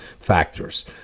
factors